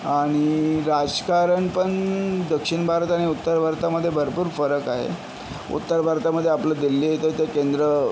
आणि राशकारण पण दक्षिण भारत आणि उत्तर वारतामध्ये भरपूर फरक आहे उत्तर भारतामध्ये आपलं दिल्ली येतं ते केंद्र